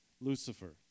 Lucifer